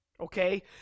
okay